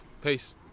Peace